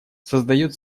создает